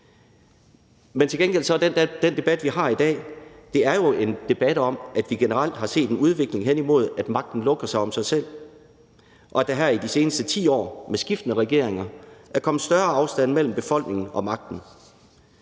er den debat, vi har i dag, en debat om, at vi generelt har set en udvikling hen imod, at magten lukker sig om sig selv, og at der her i de seneste 10 år med skiftende regeringer er kommet større afstand mellem befolkningen og magten.